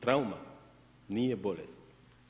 Trauma nije bolest.